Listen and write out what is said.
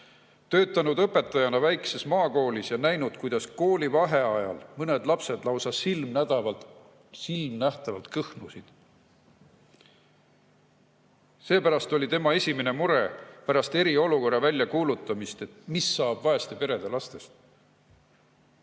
Töötanud õpetajana väikses maakoolis ja näinud, kuidas koolivaheajal mõned lapsed lausa silmanähtavalt kõhnusid, oli minu esimene mure pärast eriolukorra välja kuulutamist, mis saab vaeste perede lastest."Ja